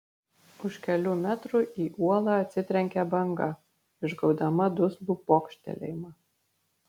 už kelių metrų į uolą atsitrenkė banga išgaudama duslų pokštelėjimą